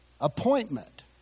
appointment